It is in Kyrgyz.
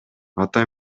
ата